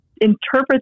interpret